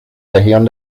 región